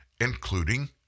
including